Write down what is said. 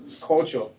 culture